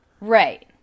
Right